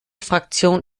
fraktion